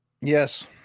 yes